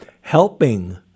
helping